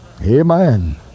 Amen